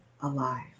alive